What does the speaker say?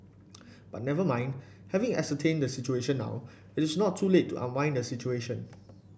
but never mind having ascertained the situation now it's not too late to unwind the situation